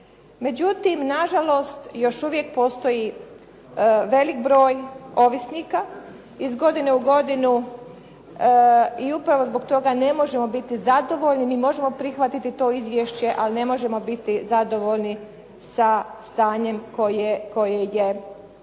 međutim nažalost još uvijek postoji veliki broj ovisnika iz godine u godinu i upravo zbog toga ne možemo biti zadovoljni. Mi možemo prihvatiti to izvješće ali ne možemo biti zadovoljni sa stanjem koje je u tome.